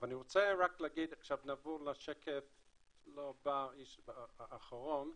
נעבור לשקף האחרון.